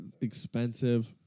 expensive